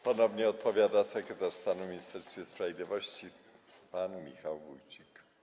Ponownie odpowiada sekretarz stanu w Ministerstwie Sprawiedliwości pan Michał Wójcik.